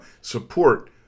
Support